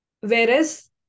Whereas